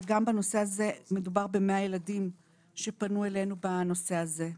וגם בנושא הזה מדובר ב-100 ילדים שפנו אלינו בנושא הזה.